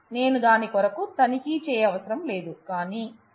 నేను దాని కొరకు తనిఖీ చేయవసరము లేదు కానీ